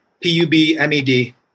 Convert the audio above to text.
P-U-B-M-E-D